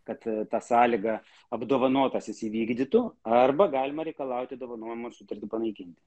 kad ta sąlyga apdovanotasis įvykdytu arba galima reikalauti dovanojimo sutartį panaikinti